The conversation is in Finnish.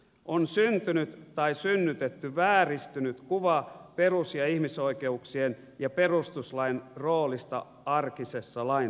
on syntynyt tai synnytetty vääristynyt kuva perus ja ihmisoikeuksien ja perustuslain roolista arkisessa laintulkinnassa